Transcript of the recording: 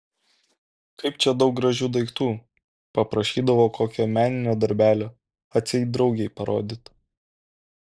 kaip čia daug gražių daiktų paprašydavo kokio meninio darbelio atseit draugei parodyti